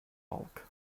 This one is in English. bulk